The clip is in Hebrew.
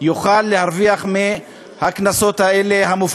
יוכל להרוויח מהפחתת הקנסות האלה.